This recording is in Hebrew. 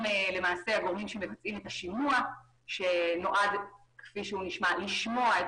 הם הגורמים שמבצעים את השימוע שנועד לשמוע את